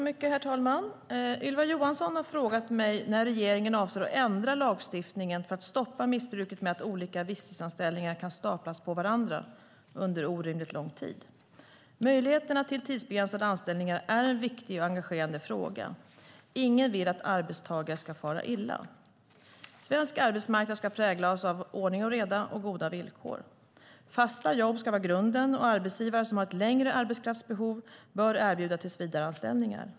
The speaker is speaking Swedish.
Herr talman! Ylva Johansson har frågat mig när regeringen avser att ändra lagstiftningen för att stoppa missbruket med att olika visstidsanställningar kan staplas på varandra under orimligt lång tid. Möjligheterna till tidsbegränsade anställningar är en viktig och engagerande fråga. Ingen vill att arbetstagare ska fara illa. Svensk arbetsmarknad ska präglas av ordning och reda och goda villkor. Fasta jobb ska vara grunden, och arbetsgivare som har ett längre arbetskraftsbehov bör erbjuda tillsvidareanställningar.